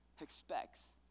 expects